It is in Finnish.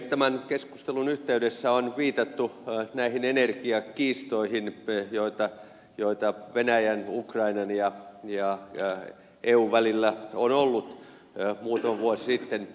tämän keskustelun yhteydessä on viitattu näihin energiakiistoihin joita venäjän ukrainan ja eun välillä on ollut muutama vuosi sitten